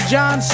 John